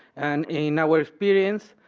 and in our experience,